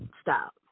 Stop